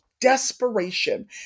desperation